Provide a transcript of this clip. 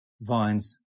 vines